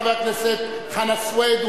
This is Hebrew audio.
חבר הכנסת חנא סוייד,